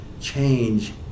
change